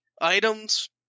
items